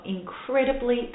incredibly